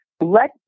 Let